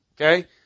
okay